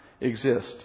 exist